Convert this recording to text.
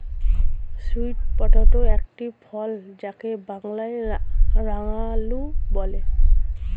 sweet potato একটি ফল যাকে বাংলায় রাঙালু বলে